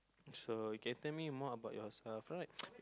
so you can tell me more about yourself right